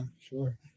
sure